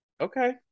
Okay